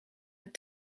het